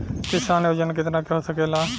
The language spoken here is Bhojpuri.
किसान योजना कितना के हो सकेला?